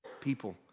people